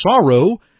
sorrow